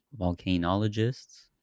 volcanologists